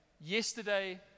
yesterday